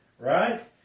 Right